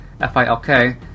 F-I-L-K